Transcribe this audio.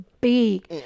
big